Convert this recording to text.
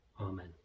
Amen